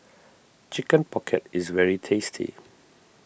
Chicken Pocket is very tasty